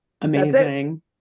amazing